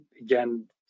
again